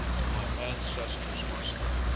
and my ancestors must ah